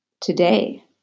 Today